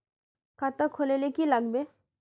खाता खोल ले की लागबे?